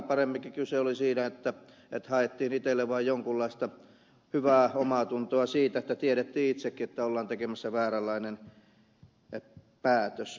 paremminkin kyse oli siitä että haettiin itselle vaan jonkunlaista hyvää omaatuntoa siitä että tiedettiin itsekin että ollaan tekemässä vääränlainen päätös